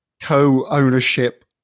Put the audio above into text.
co-ownership